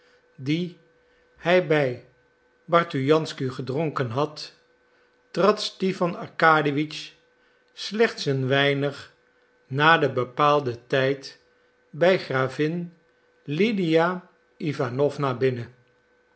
die hij bij bartujansky gedronken had trad stipan arkadiewitsch slechts een weinig na den bepaalden tijd bij gravin lydia iwanowna binnen